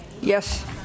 Yes